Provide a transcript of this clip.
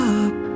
up